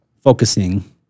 focusing